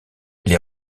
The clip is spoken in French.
les